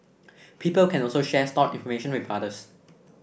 people can also share stored information with others